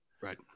right